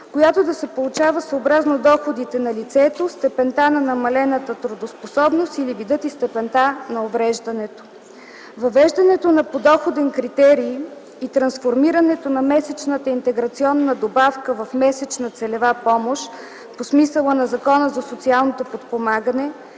която да се получава съобразно доходите на лицето, степента на намалената трудоспособност или вида и степента на увреждането. Въвеждането на подоходен критерий и трансформирането на месечната интеграционна добавка в месечна целева помощ по смисъла на Закона за социално подпомагане